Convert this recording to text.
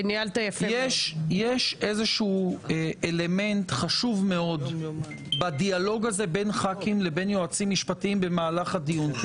יש אלמנט חשוב מאוד בדיאלוג בין ח"כים ליועצים משפטיים במהלך הדיון כי